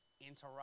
interrupt